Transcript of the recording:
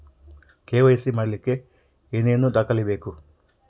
KYC ಮಾಡಲಿಕ್ಕೆ ಏನೇನು ದಾಖಲೆಬೇಕು?